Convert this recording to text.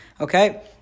Okay